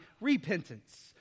repentance